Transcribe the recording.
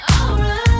Alright